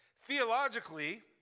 Theologically